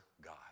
God